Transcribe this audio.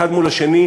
האחד מול השני,